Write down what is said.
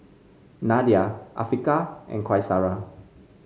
Nadia Afiqah and Qaisara